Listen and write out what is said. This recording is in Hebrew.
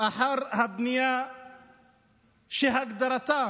אחר הבנייה, שלהגדרתם,